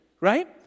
right